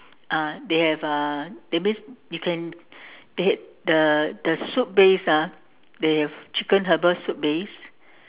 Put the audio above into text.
uh they have uh that means you can they the the soup base ah they have chicken herbal soup base